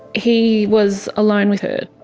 he was alone with her.